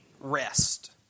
rest